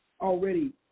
already